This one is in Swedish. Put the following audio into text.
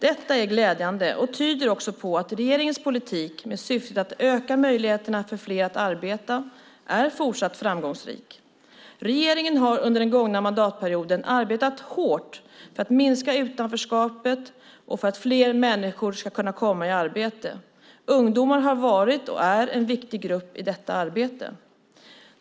Detta är glädjande och tyder också på att regeringens politik, med syftet att öka möjligheterna för fler att arbeta, är fortsatt framgångsrik. Regeringen har under den gångna mandatperioden arbetat hårt för att minska utanförskapet och för att fler människor ska kunna komma i arbete. Ungdomar har varit - och är - en viktig grupp i detta arbete.